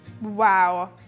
Wow